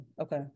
Okay